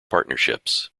partnerships